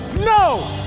no